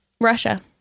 Russia